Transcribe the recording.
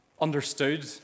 understood